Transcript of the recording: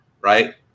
Right